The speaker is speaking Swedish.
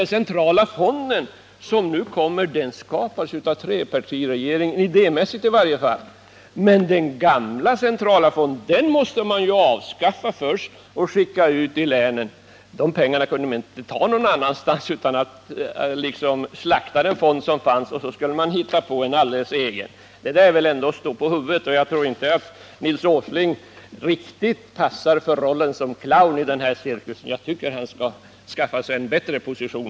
Den centrala fond som nu tillkommer skapades av trepartiregeringen, idémässigt i varje fall, säger Nils Åsling. Men den gamla centrala fonden måste man avskaffa först och skicka ut ilänen. Man kunde inte ta de pengarna någon annanstans, utan man måste liksom slakta den fond som fanns och sedan hitta på en alldeles egen. Det där är väl ändå att stå på huvudet. Jag tror inte att Nils Åsling riktigt passar för rollen som clown i den här cirkusen. Jag tycker att han skall skaffa sig en bättre position.